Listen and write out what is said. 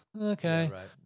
okay